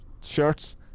shirts